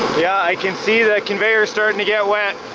yeah, i can see that conveyor starting to get wet.